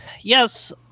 Yes